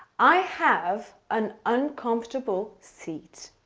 i have an uncomfortable seat.